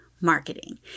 marketing